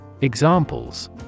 Examples